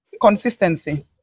Consistency